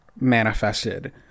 manifested